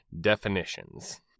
definitions